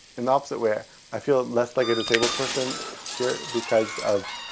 in the opposite way i feel less like a disabled person here, because of.